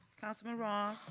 councilman roth.